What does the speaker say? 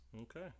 Okay